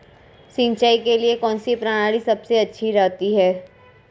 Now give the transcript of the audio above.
सिंचाई के लिए कौनसी प्रणाली सबसे अच्छी रहती है?